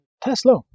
Tesla